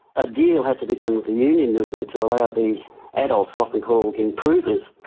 a deal had to be done with the union movement to allow these adults, often called improvers,